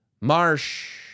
Marsh